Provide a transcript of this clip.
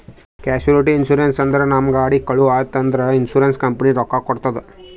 casualty insurance ಅಂದುರ್ ನಮ್ದು ಗಾಡಿ ಕಳು ಆಗಿತ್ತ್ ಅಂದ್ರ ಇನ್ಸೂರೆನ್ಸ್ ಕಂಪನಿ ರೊಕ್ಕಾ ಕೊಡ್ತುದ್